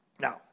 Now